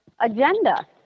agenda